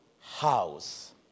house